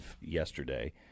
yesterday